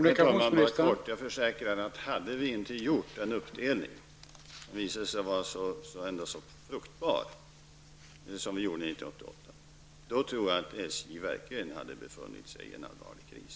Herr talman! Jag försäkrar att om vi inte hade gjort den uppdelning som vi gjorde 1988, som visade sig vara så fruktbar, då tror jag att SJ verkligen hade befunnit sig i en allvarlig kris.